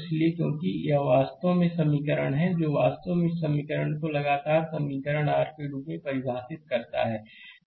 इसलिए क्योंकि यह वास्तव में यह समीकरण है जो वास्तव में इस समीकरण को लगातार समीकरण r के रूप में परिभाषित करता है